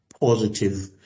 positive